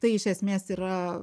tai iš esmės yra